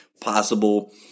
possible